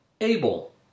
Abel